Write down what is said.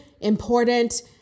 important